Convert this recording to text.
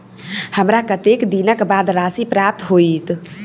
हमरा कत्तेक दिनक बाद राशि प्राप्त होइत?